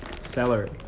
Celery